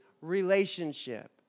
relationship